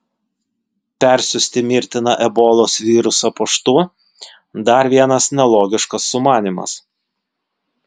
persiųsti mirtiną ebolos virusą paštu dar vienas nelogiškas sumanymas